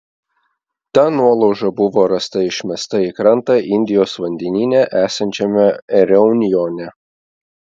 ta nuolauža buvo rasta išmesta į krantą indijos vandenyne esančiame reunjone